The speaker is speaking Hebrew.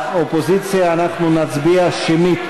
האופוזיציה אנחנו נצביע שמית.